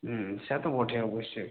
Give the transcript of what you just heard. হুম সে তো বটে অবশ্যই